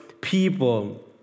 people